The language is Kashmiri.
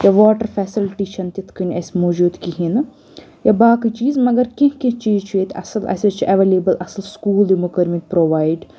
یا واٹَر فیسَلٹی چھنہٕ تِتھ کٔنۍ اَسہِ موجوٗد کہیٖنۍ نہٕ یا باقٕے چیٖز مَگَر کینٛہہ کینٛہہ چیٖز چھِ ییٚتہِ اَصل اَسہِ حظ چھِ اؠویلیبٕل اَصٕل سکوٗل یِمو کٔرمٕتۍ پروایِڈ